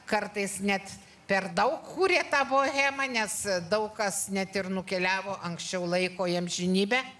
kartais net per daug kūrė tą bohemą nes daug kas net ir nukeliavo anksčiau laiko į amžinybę